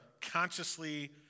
consciously